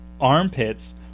armpits